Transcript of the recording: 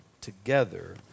together